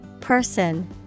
Person